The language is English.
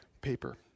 paper